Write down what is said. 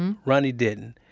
um ronnie didn't.